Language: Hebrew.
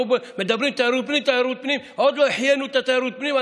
אנחנו אומרים: תיירות פנים,